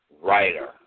Writer